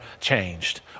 changed